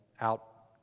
out